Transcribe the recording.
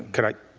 could i.